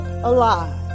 alive